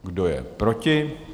Kdo je proti?